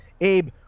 Abe